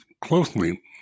closely